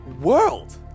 world